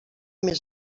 més